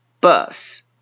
bus